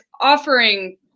offering